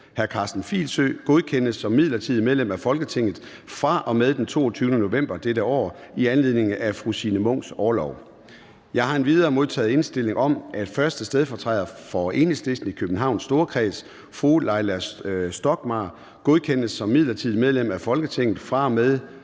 Karsten Filsø, godkendes som midlertidigt medlem af Folketinget fra og med den 22. november 2022 i anledning af Signe Munks orlov. Jeg har endvidere modtaget indstilling om, at 1. stedfortræder for Enhedslisten i Københavns Storkreds, Leila Stockmarr, godkendes som midlertidigt medlem af Folketinget fra og med